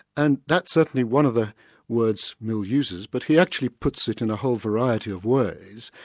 and that's certainly one of the words mill uses, but he actually puts it in a whole variety of ways,